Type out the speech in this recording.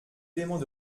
éléments